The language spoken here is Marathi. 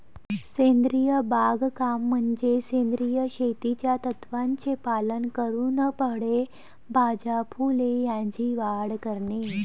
सेंद्रिय बागकाम म्हणजे सेंद्रिय शेतीच्या तत्त्वांचे पालन करून फळे, भाज्या, फुले यांची वाढ करणे